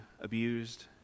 abused